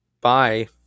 Bye